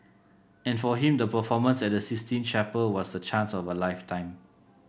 and for him the performance at the Sistine Chapel was the chance of a lifetime